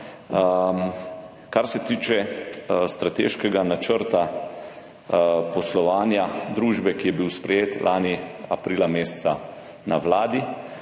Kar se tiče strateškega načrta poslovanja družbe, ki je bil sprejet lani aprila meseca na Vladi